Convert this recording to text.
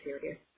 serious